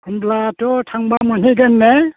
होनब्लाथ' थांबा मोनहैगोन ना